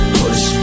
push